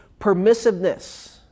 permissiveness